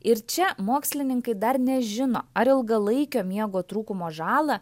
ir čia mokslininkai dar nežino ar ilgalaikio miego trūkumo žalą